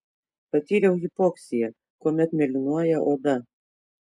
patyriau hipoksiją kuomet mėlynuoja oda